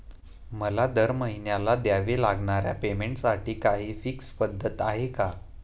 मला दरमहिन्याला द्यावे लागणाऱ्या पेमेंटसाठी काही फिक्स पद्धत आहे का?